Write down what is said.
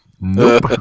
Nope